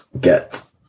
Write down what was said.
get